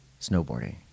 snowboarding